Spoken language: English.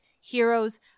heroes